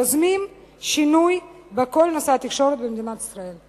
יוזמים שינוי בכל נושא התקשורת במדינת ישראל.